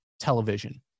television